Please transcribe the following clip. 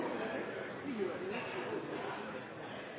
ein